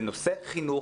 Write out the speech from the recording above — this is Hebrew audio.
זה נושא של חינוך.